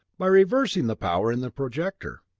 by reversing the power in the projector.